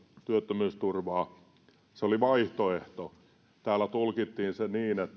työttömyysturvaansa se oli vaihtoehto täällä tulkittiin se niin